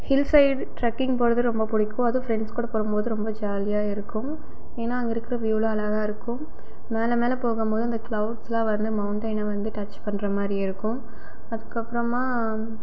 hills side trekking போவது ரொம்ப பிடிக்கும் அதுவும் ஃப்ரெண்ட்ஸ் கூட போகும்போது ரொம்ப ஜாலியாக இருக்கும் ஏன்னால் அங்கே இருக்கிற வ்யூயெலாம் அழகாக இருக்கும் மேலே மேலே போகும் போது அந்த க்லௌட்ஸெலாம் வந்து மௌண்டெய்னை வந்து டச் பண்ணுற மாதிரி இருக்கும் அதுக்கப்புறமா